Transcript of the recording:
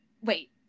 wait